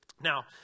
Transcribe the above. Now